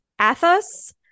Athos